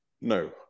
No